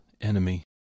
enemy